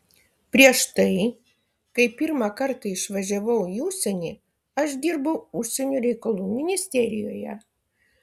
prieš tai kai pirmą kartą išvažiavau į užsienį aš dirbau užsienio reikalų ministerijoje